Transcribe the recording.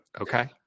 okay